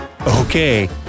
Okay